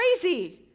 crazy